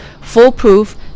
foolproof